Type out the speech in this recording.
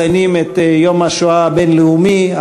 מציינים את יום השואה הבין-לאומי,